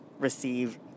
Receive